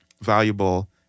valuable